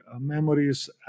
memories